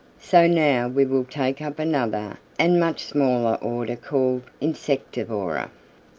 so now we will take up another and much smaller order called insectivora.